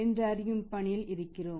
என்று அறியும் பணியில் இருக்கிறோம்